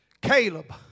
Caleb